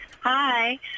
Hi